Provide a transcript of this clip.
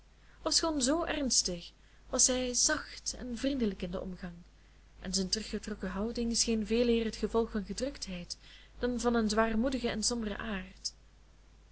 ofschoon zoo ernstig was hij zacht en vriendelijk in den omgang en zijn teruggetrokken houding scheen veeleer het gevolg van gedruktheid dan van een zwaarmoedigen en somberen aard